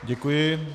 Děkuji.